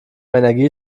energie